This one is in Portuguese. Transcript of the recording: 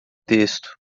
texto